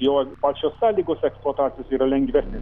jo pačios sąlygos eksploatacijos yra lengvesnė